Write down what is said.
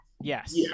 Yes